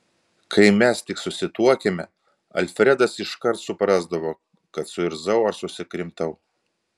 kai mes tik susituokėme alfredas iškart suprasdavo kad suirzau ar susikrimtau